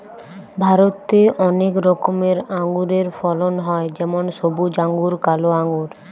ভারতে অনেক রকমের আঙুরের ফলন হয় যেমন সবুজ আঙ্গুর, কালো আঙ্গুর